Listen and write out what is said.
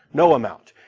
no amount.